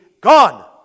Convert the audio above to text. gone